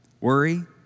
worry